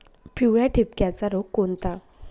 पिवळ्या ठिपक्याचा रोग कोणता?